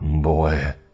Boy